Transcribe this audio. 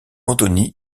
antoni